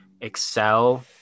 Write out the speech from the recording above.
excel